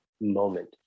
moment